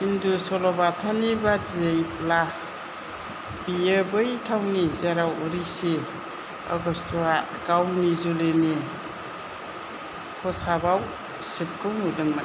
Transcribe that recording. हिन्दु सल'बाथानि बायदियैब्ला बेयो बै थावनि जेराव ऋषि अगस्त्यआ गावनि जुलिनि खसाबाव शिबखौ नुदोंमोन